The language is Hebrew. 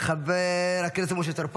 חבר הכנסת משה טור פז,